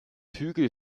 hügel